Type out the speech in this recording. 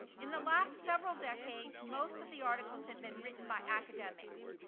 in the last several decades, most of the articles had been written by academics.